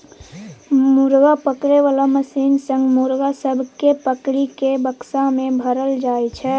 मुर्गा पकड़े बाला मशीन सँ मुर्गा सब केँ पकड़ि केँ बक्सा मे भरल जाई छै